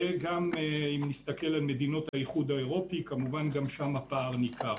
וגם אם נסתכל על מדיניות האיחוד האירופי כמובן שגם שם הפער ניכר.